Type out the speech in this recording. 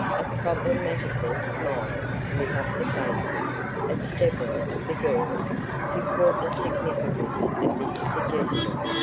a problematical smile lit up the faces of several of the girls who caught the significance of this suggestion.